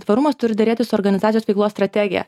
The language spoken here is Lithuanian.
tvarumas turi derėti su organizacijos veiklos strategija